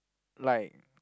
like